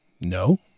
No